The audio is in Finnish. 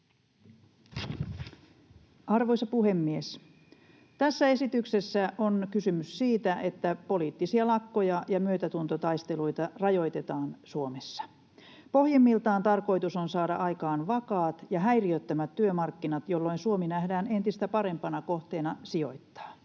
Arvoisa puhemies! Tässä esityksessä on kysymys siitä, että poliittisia lakkoja ja myötätuntotaisteluita rajoitetaan Suomessa. Pohjimmiltaan tarkoitus on saada aikaan vakaat ja häiriöttömät työmarkkinat, jolloin Suomi nähdään entistä parempana kohteena sijoittaa.